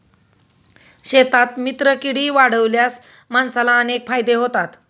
शेतात मित्रकीडी वाढवल्यास माणसाला अनेक फायदे होतात